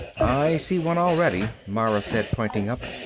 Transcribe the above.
i see one already, mara said, pointing up.